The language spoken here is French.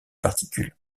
particules